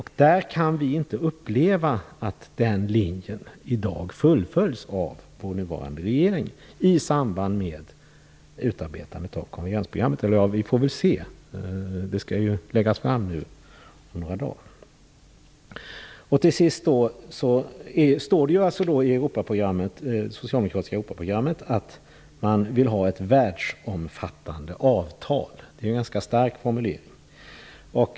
Vi kan inte uppleva att den linjen fullföljs i dag av vår nuvarande regering i samband med utarbetandet av konvergensprogrammet. Vi får väl se - det skall ju läggas fram nu om några dagar. Till sist står det alltså i det socialdemokratiska Europaprogrammet att man vill ha ett världsomfattande avtal. Det är en ganska stark formulering.